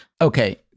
Okay